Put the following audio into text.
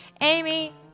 Amy